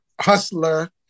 hustler